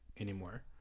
anymore